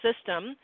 system